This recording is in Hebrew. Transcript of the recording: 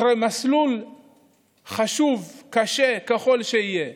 אחרי מסלול חשוב, קשה ככל שיהיה,